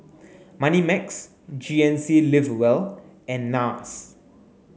Moneymax G N C live well and NARS